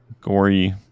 gory